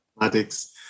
mathematics